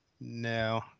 No